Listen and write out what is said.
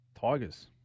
Tigers